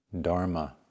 dharma